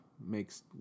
makes